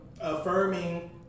affirming